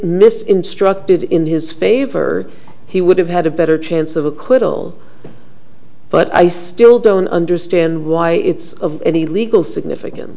instructed in his favor he would have had a better chance of acquittal but i still don't understand why it's of any legal significance